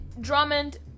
Drummond